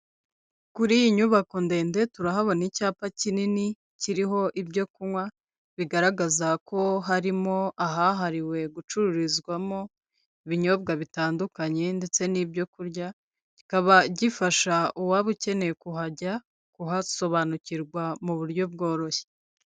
Kuri iyi nyubako ndende turahabona icyapa kinini, kiriho ibyo kunywa bigaragaza ko harimo ahahariwe gucururizwamo ibinyobwa bitandukanye ndetse n'ibyokurya, kikaba gifasha uwaba ukeneye kuhajya kuhasobanukirwa mu buryo bworoshye.